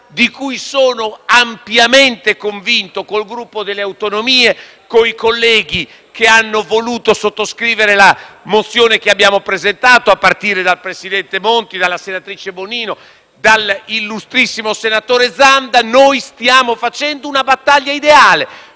di cui sono ampiamente convinto, con il Gruppo per le Autonomie e con i colleghi che hanno voluto sottoscrivere la proposta di risoluzione che abbiamo presentato, a partire dal presidente Monti, dalla senatrice Bonino e dall'illustrissimo senatore Zanda: stiamo conducendo una battaglia ideale,